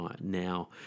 now